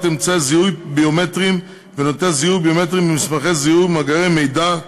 אמצעי זיהוי ביומטריים ונתוני זיהוי ביומטריים במסמכי זיהוי ובמאגר מידע,